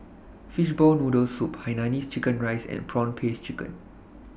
Fishball Noodle Soup Hainanese Chicken Rice and Prawn Paste Chicken